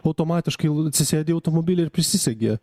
automatiškai jau atsisėdi į automobilį ir prisisegi